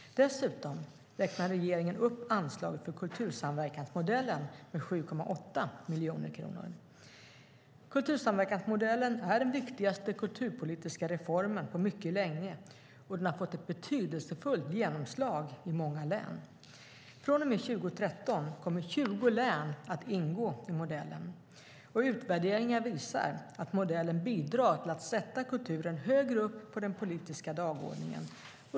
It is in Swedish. Dessutom räknar regeringen upp anslaget för kultursamverkansmodellen med 7,8 miljoner kronor. Kultursamverkansmodellen är den viktigaste kulturpolitiska reformen på mycket länge, och den har fått ett betydelsefullt genomslag i många län. Från och med 2013 kommer 20 län att ingå i modellen. Utvärderingar visar att modellen bidrar till att sätta kulturen högre upp på den politiska dagordningen.